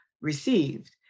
received